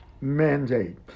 mandate